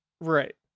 Right